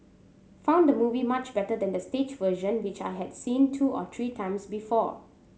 found the movie much better than the stage version which I had seen two or three times before